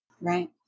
Right